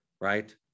right